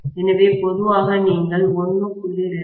எனவே பொதுவாக நீங்கள் 1